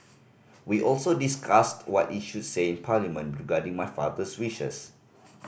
we also discussed what is should say in Parliament regarding my father's wishes